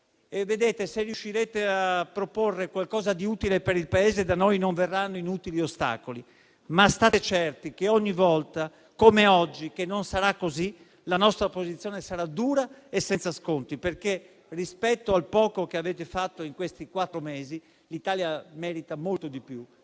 se riuscirete a proporre qualcosa di utile per il Paese, da noi non verranno inutili ostacoli. Ma state certi che ogni volta, come oggi, che non sarà così la nostra opposizione sarà dura e senza sconti, perché, rispetto al poco che avete fatto in questi quattro mesi, l'Italia merita molto di più.